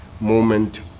moment